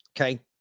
Okay